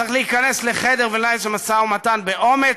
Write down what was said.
צריך להיכנס לחדר ולנהל שם משא ומתן באומץ,